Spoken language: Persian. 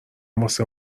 واسه